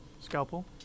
Scalpel